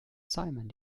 simon